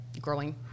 growing